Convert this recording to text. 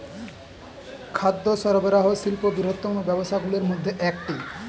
খাদ্য সরবরাহ শিল্প বৃহত্তম ব্যবসাগুলির মধ্যে একটি